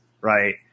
Right